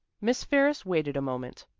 miss ferris waited a moment.